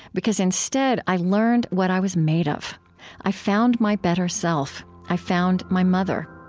because instead i learned what i was made of i found my better self. i found my mother.